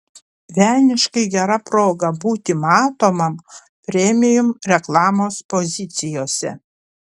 velniškai gera proga būti matomam premium reklamos pozicijose